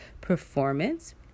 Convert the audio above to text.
performance